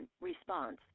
Response